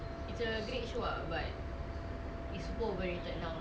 so kirakan dia syaitan tapi dia tolong orang ah